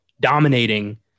dominating